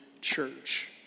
church